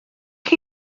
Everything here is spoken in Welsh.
chi